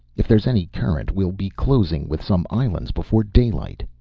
if there's any current we'll be closing with some islands before daylight.